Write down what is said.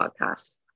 podcasts